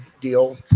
deal